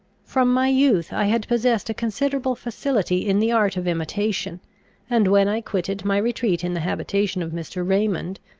from my youth i had possessed a considerable facility in the art of imitation and when i quitted my retreat in the habitation of mr. raymond,